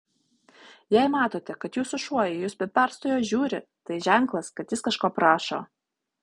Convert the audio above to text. jei matote kad jūsų šuo į jus be perstojo žiūri tai ženklas kad jis kažko prašo